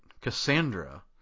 Cassandra